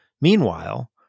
Meanwhile